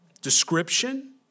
Description